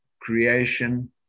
creation